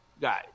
guys